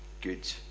good